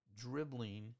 dribbling